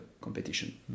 competition